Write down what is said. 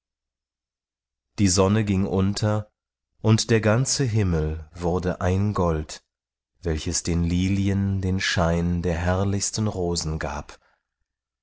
die sonne ging unter der ganze himmel wurde ein gold welches den lilien den schein der herrlichsten rosen gab